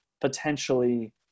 potentially